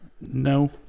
No